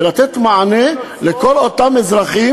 ולתת מענה לכל אותם אזרחים,